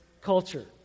culture